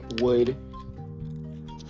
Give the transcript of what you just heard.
wood